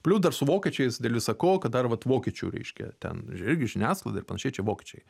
plius dar su vokiečiais dėl visa ko kad dar vat vokiečių reiškia ten irgi žiniasklaida ir panašiai čia vokiečiai